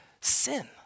sin